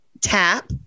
Tap